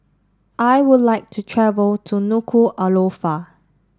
I would like to travel to Nuku'alofa